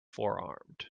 forearmed